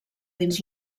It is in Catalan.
dins